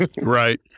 Right